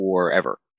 forever